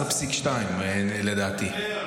11.2 לדעתי.